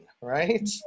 right